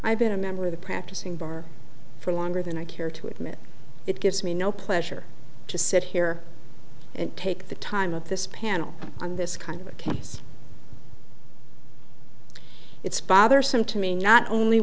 i've been a member of the practicing bar for longer than i care to admit it gives me no pleasure to sit here and take the time of this panel on this kind of a campus it's bothersome to me not only